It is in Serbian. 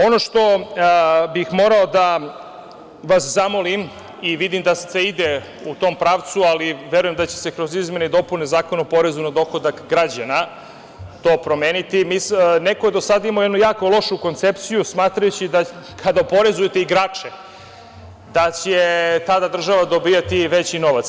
Ono što bih morao da vas zamolim i vidim da se ide u tom pravcu, ali verujem da će kroz izmene i dopune Zakona o porezu na dohodak građana to promeniti, neko je do sada imao jako lošu koncepciju smatrajući da kada oporezujete igrače, da će tada država dobijati veći novac.